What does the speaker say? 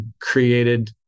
created